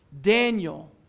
Daniel